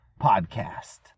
podcast